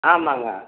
ஆமாம்ங்க